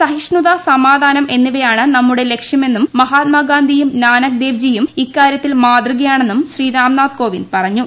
സഹിഷ്ണുതസമാധാനം എന്നിവയാണ് നമ്മുടെ ലക്ഷ്യമെന്നും മഹാത്മാ ഗാന്ധിയുംനാനക് ദേയ്ജിയും ഇക്കാര്യങ്ങളിൽ മാതൃകയാണെന്നും ശ്രീ രാംനാഥ് കോവിന്ദ് പറഞ്ഞു